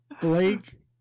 Blake